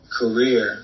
career